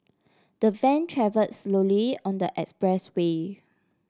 the van travelled slowly on the expressway